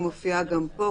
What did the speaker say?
היא מופיעה גם פה.